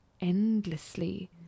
endlessly